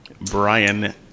Brian